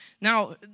Now